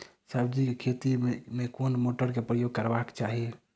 सब्जी केँ खेती मे केँ मोटर केँ प्रयोग करबाक चाहि?